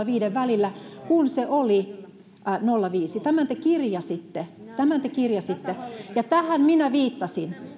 viiden välillä kun se oli nolla pilkku viidennen tämän te kirjasitte tämän te kirjasitte ja tähän minä viittasin